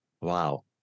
Wow